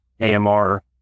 AMR